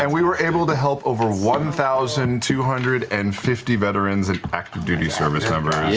and we were able to help over one thousand two hundred and fifty veterans and active duty service members.